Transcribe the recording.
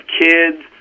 kids